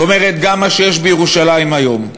זאת אומרת, גם מה שיש בירושלים היום,